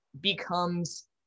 becomes